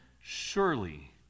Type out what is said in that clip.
surely